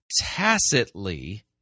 tacitly